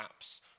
apps